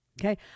okay